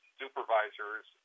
supervisors